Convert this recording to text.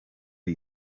are